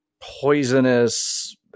poisonous